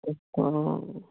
ਹਾਂ